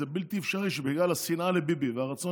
זה בלתי אפשרי שבגלל השנאה לביבי והרצון